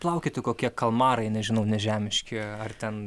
plaukioti kokie kalmarai nežinau nežemiški ar ten